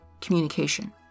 communication